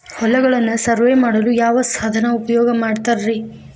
ಹೊಲಗಳನ್ನು ಸರ್ವೇ ಮಾಡಲು ಯಾವ ಸಾಧನ ಉಪಯೋಗ ಮಾಡ್ತಾರ ರಿ?